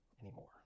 anymore